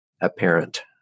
apparent